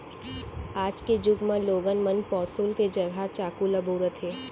आज के जुग म लोगन मन पौंसुल के जघा चाकू ल बउरत हें